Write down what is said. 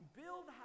build